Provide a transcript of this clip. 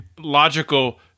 logical